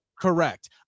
Correct